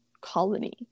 colony